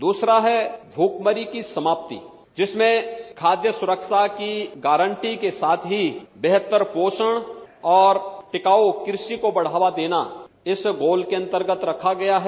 दूसरा भुखमरी की समाप्ति जिसमें खाद्य सुरक्षा की गारंटी के साथ ही बेहतर पोषण और टिकाऊ कृषि को बढ़ावा देना इस गोल के अन्तर्गत रखा गया है